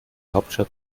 hauptstadt